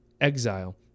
exile